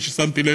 כפי ששמתי לב,